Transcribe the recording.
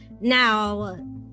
Now